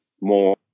more